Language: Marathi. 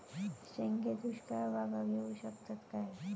शेंगे दुष्काळ भागाक येऊ शकतत काय?